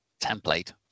template